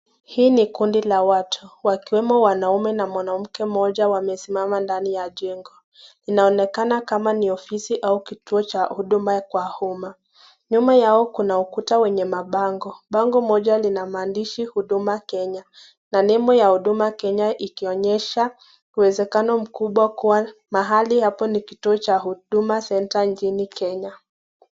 hii ni kundi la watu wakiwemo wanaume na mwanamke mmoja wamesimama ndani ya jengo, inaonekana kama ni ofisi ama kituo cha uduma kwa uma nyuma yao kuna mabango, bango moja lina maandishi uduma kenya na lebo ya uduma kenya ikionyesha uwezekano mkubwa kwa mahali hapo ni kituo cha uduma center nchini kenya.